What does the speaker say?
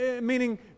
Meaning